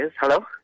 hello